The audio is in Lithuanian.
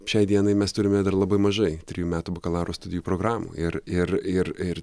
šiai dienai mes turime dar labai mažai trijų metų bakalauro studijų programų ir ir ir ir